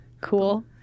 Cool